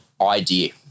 idea